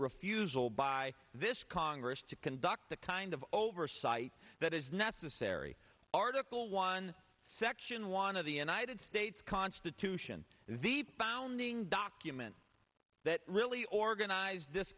refusal by this congress to conduct the kind of oversight that is necessary article one section one of the united states constitution the founding document that really organized this